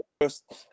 first